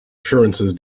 assurances